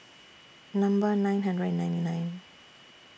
Number nine hundred and ninety nine